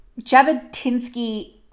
Jabotinsky